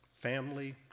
family